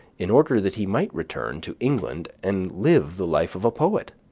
in order that he might return to england and live the life of a poet.